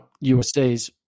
USA's